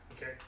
Okay